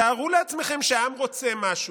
"תארו לעצמכם שהעם רוצה משהו,